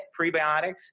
prebiotics